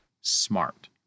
Smart